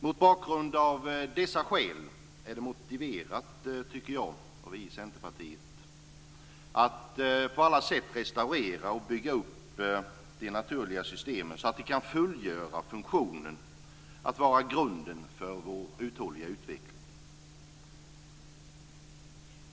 Mot bakgrund av dessa skäl är det, tycker vi i Centerpartiet, motiverat att på alla sätt restaurera och bygga upp de naturliga systemen så att de kan fullgöra funktionen att vara grunden för vår utveckling.